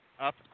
up